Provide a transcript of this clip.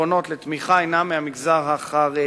הפונות לתמיכה הן מהמגזר החרדי.